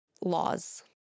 laws